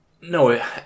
no